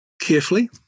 carefully